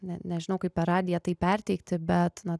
ne nežinau kaip per radiją tai perteikti bet